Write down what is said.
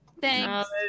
Thanks